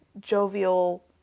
jovial